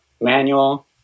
manual